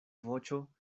voĉo